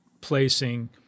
placing